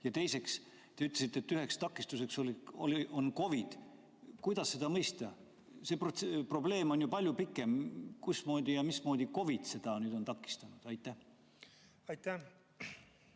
Ja teiseks, te ütlesite, et üheks takistuseks on COVID. Kuidas seda mõista? See probleem on ju palju laiem, mismoodi COVID seda nüüd on takistanud? Aitäh! Ma